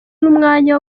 n’umwanya